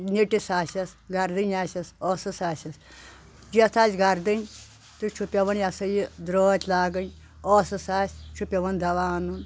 نٹِس آسؠس گردٕنۍ آسؠس ٲسس آسؠس یتھ آسہِ گردنۍ تہٕ چھُ پؠوان یسا یہِ درٛٲتۍ لاگٕنۍ ٲسٕس آسہِ چھُ پؠوان دوا اَنُن